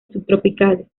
subtropicales